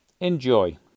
Enjoy